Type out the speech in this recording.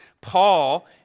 Paul